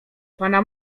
pana